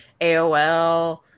aol